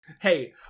Hey